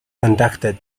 conducted